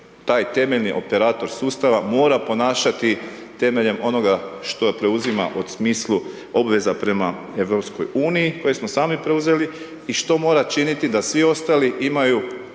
taj temeljni operator sustava mora ponašati temeljen onoga što preuzima u smislu obveza prema EU koje smo sami preuzeli i što mora činiti da svi ostali imaju